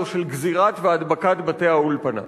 של גזירה והדבקה של בתי שכונת-האולפנה.